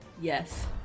Yes